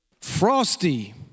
frosty